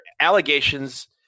allegations